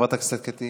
חברת הכנסת קטי